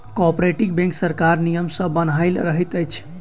cooperative bank सरकारक नियम सॅ बन्हायल रहैत अछि